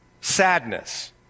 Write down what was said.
sadness